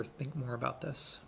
or think more about this